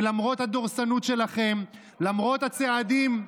ולמרות הדורסנות שלכם, למרות הצעדים,